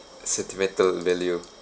sentimental value